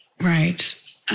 right